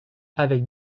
avec